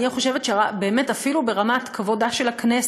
אני חושבת שאפילו ברמת כבודה של הכנסת,